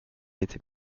été